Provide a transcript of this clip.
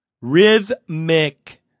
Rhythmic